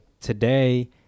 today